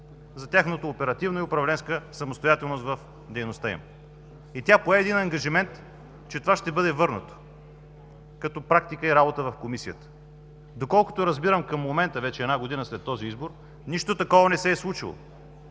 за тяхната оперативна и управленска самостоятелност в дейността им. Тя пое ангажимент, че това ще бъде върнато като практика и работа в Комисията. Доколкото разбирам, към момента, вече година след този избор, нищо такова не се е случило.